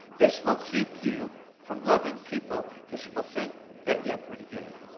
this will keep you from loving people because you will think that you're pretty good.